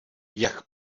jak